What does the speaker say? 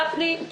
גפני,